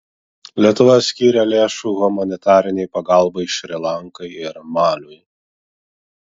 lietuva skyrė lėšų humanitarinei pagalbai šri lankai ir maliui